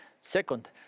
Second